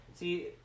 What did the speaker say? See